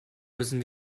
müssen